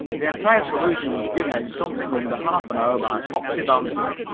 the entire solution was given in something under half an hour by popsie bantam.